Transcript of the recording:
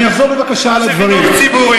הצגות?